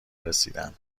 رسیدن